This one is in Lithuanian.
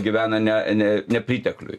gyvena ne ne nepritekliuj